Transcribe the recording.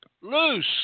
loose